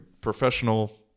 professional